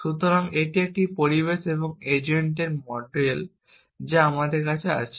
সুতরাং এটি একটি পরিবেশে একটি এজেন্টের মডেল যা আমাদের আছে